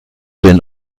den